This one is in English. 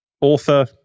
author